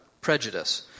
prejudice